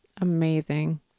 Amazing